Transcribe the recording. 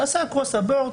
ועשה across-the-board,